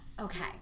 Okay